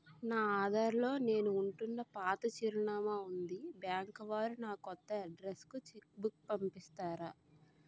నా ఆధార్ లో నేను ఉంటున్న పాత చిరునామా వుంది బ్యాంకు వారు నా కొత్త అడ్రెస్ కు చెక్ బుక్ పంపిస్తారా?